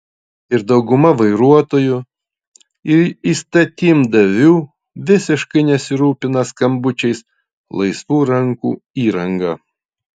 ir dauguma vairuotojų ir įstatymdavių visiškai nesirūpina skambučiais laisvų rankų įranga